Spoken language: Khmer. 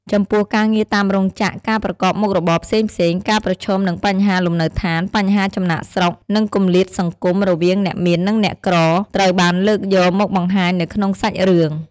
ចំពោះការងារតាមរោងចក្រ ការប្រកបមុខរបរផ្សេងៗ ការប្រឈមនឹងបញ្ហាលំនៅឋាន បញ្ហាចំណាកស្រុក និងគម្លាតសង្គមរវាងអ្នកមាននិងអ្នកក្រ ត្រូវបានលើកយកមកបង្ហាញនៅក្នុងសាច់រឿង ។